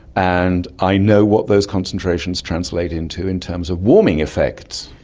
and i know what those concentrations translate into in terms of warming effects.